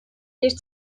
bir